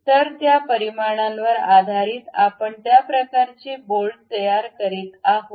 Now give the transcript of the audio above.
तर त्या परिमाणांवर आधारित आपण या प्रकारची बोल्ट तयार करीत आहोत